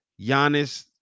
Giannis